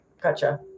Gotcha